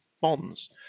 bonds